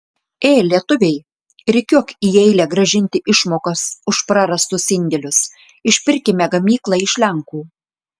ė lietuviai rikiuok į eilę grąžinti išmokas už prarastus indėlius išpirkime gamyklą iš lenkų